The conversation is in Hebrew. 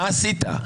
מה עשית.